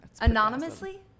anonymously